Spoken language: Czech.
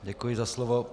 Děkuji za slovo.